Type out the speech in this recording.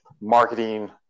marketing